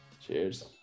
Cheers